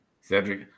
Cedric